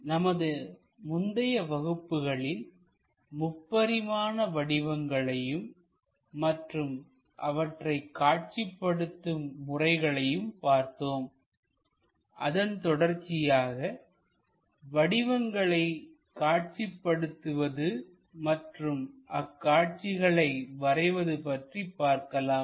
நமது முந்தைய வகுப்புகளில்முப்பரிமான வடிவங்களையும் மற்றும் அவற்றை காட்சிப்படுத்தும் முறைகளையும் பார்த்தோம் அதன் தொடர்ச்சியாக வடிவங்களை காட்சிப்படுத்துவது மற்றும் அக்காட்சிகளை வரைவது பற்றி பார்க்கலாம்